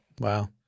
Wow